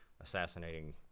assassinating